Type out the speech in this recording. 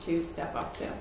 to step up to